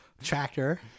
tractor